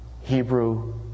Hebrew